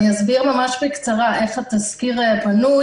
אסביר ממש בקצרה איך התזכיר בנוי.